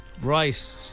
Right